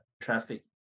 traffic